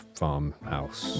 farmhouse